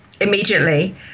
immediately